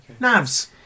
Navs